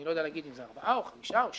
אני לא יודע להגיד את זה 4 או 5 או 6,